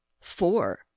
Four